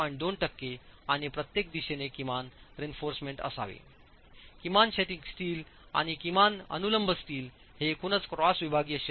2 टक्के आणि प्रत्येक दिशेने किमान रीइन्फोर्समेंट असावेकिमान क्षैतिज स्टील आणि किमान अनुलंब स्टील हे एकूणच क्रॉस विभागीय क्षेत्राच्या 0